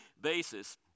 basis